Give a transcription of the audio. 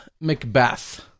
Macbeth